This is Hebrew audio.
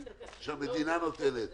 כספים שהמדינה נותנת.